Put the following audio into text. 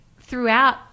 throughout